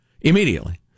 immediately